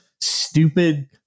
stupid